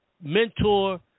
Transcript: mentor